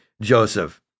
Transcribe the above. Joseph